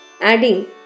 adding